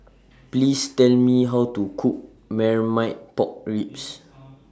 Please Tell Me How to Cook Marmite Pork Ribs